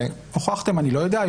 הוכחתם אני לא יודע.